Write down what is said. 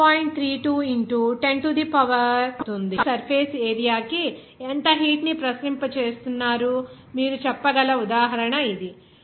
కాబట్టి సన్ యొక్క unit surface area కి ఎంత హీట్ ని ప్రసరింప చేస్తున్నారు మీరు చెప్పగల ఉదాహరణ ఇది